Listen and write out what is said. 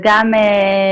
אליו.